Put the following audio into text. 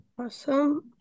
Awesome